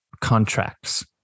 contracts